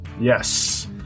Yes